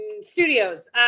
studios